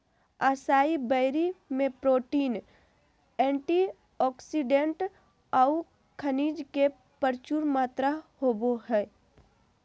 असाई berry में protein, antioxidant औऊ खनिज के प्रचुर मात्रा होबो हइ